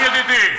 חיים ידידי,